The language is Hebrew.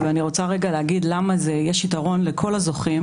ואני רוצה להגיד למה יש יתרון לכל הזוכים